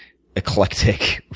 eclectic,